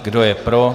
Kdo je pro?